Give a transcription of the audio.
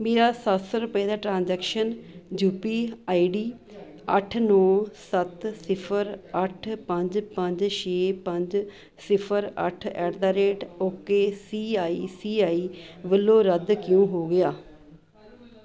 ਮੇਰਾ ਸੱਤ ਸੌ ਰੁਪਏ ਦਾ transaction U P I D ਅੱਠ ਨੌ ਸੱਤ ਸਿਫਰ ਅੱਠ ਪੰਜ ਪੰਜ ਛੇ ਪੰਜ ਸਿਫਰ ਅੱਠ at the rate okay C I C I ਵੱਲੋਂ ਰੱਦ ਕਿਉਂ ਹੋ ਗਿਆ